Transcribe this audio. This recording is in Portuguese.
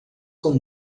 com